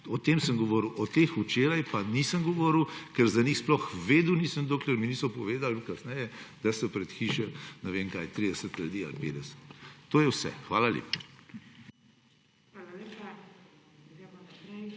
O tem sem govoril. O teh včeraj pa nisem govoril, ker za njih sploh vedel nisem, dokler mi niso povedal kasneje, da je pred hišo 30 ali 50 ljudi. To je vse, hvala lepa.